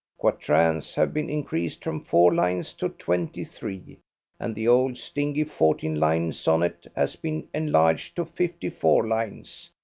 quatrains have been increased from four lines to twenty-three, and the old stingy fourteen-line sonnet has been enlarged to fifty-four lines.